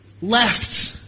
left